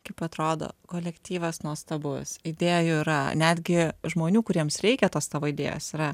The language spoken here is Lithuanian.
kaip atrodo kolektyvas nuostabus idėjų yra netgi žmonių kuriems reikia tos tavo idėjos yra